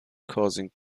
causing